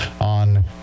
on